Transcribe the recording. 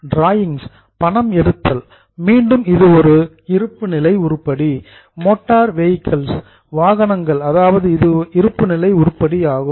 drawings பணம் எடுத்தல் மீண்டும் இது ஒரு இருப்புநிலை உருப்படி மோட்டார் வெஹிக்கிள்ஸ் மோட்டார் வாகனங்கள் இது இருப்புநிலை உருப்படி ஆகும்